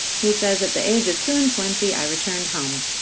he says, at the age of two and twenty i returned home.